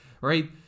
right